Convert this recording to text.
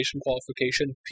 qualification